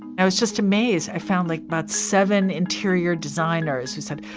i was just amazed, i found like, about seven interior designers who said,